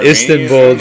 Istanbul